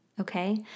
Okay